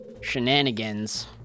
shenanigans